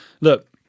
look